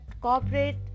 corporate